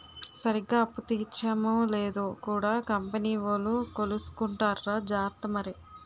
సరిగ్గా అప్పు తీర్చేమో లేదో కూడా కంపెనీ వోలు కొలుసుకుంటార్రా జార్త మరి